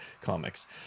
comics